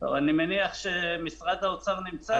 אני מניח שמשרד האוצר נמצא.